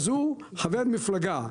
הוא חבר מפלגה,